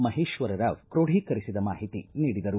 ಮಹೇಶ್ವರ ರಾವ್ ಕ್ರೊಢಿಕರಿಸಿದ ಮಾಹಿತಿ ನೀಡಿದರು